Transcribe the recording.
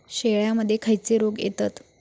शेळ्यामध्ये खैचे रोग येतत?